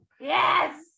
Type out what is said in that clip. Yes